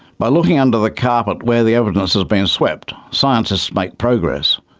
by looking under the carpet where the evidence has been swept, scientists make progress.